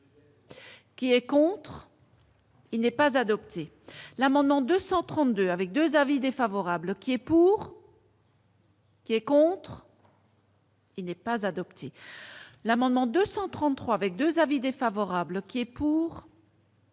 Qui est contre. Il n'est pas adopté l'amendement 232 avec 2 avis défavorables qui est pour. Qui est contre. Il n'est pas adopté l'amendement 233 avec 2 avis défavorables qui est pour.